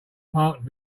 parked